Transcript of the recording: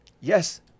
Yes